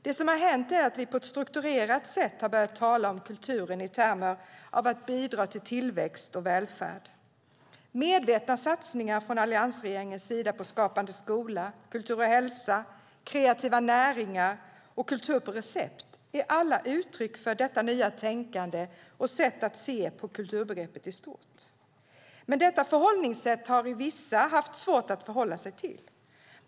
Det som har hänt är att vi på ett strukturerat sätt har börjat tala om kulturen i termer av att bidra till tillväxt och välfärd. Medvetna satsningar från alliansregeringens sida på Skapande skola, Kultur och hälsa, Kreativa näringar och Kultur på recept är alla uttryck för detta nya tänkande och sätt att se på kulturbegreppet i stort. Men detta förhållningssätt har vissa haft svårt att förhålla sig till.